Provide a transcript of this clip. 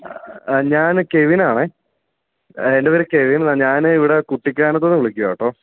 ഞാൻ കെവിനാണെ എൻ്റെ പേര് കെവിൻ എന്നാണേ ഞാൻ ഇവിടെ കുട്ടിക്കാനത്തുനിന്ന് വിളിക്കുവാ കേട്ടോ